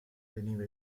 veniva